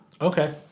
okay